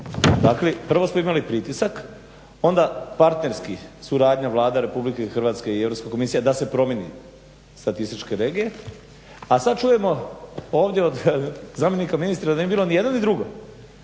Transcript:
Dakle prvo smo imali pritisak, onda partnerski suradnja Vlade Republike Hrvatske i Europska komisija da se promijeni statističke regije, a sad čujemo ovdje od zamjenika ministra da nije bilo ni jedno ni drugo